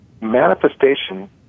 manifestation